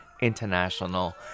International